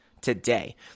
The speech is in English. today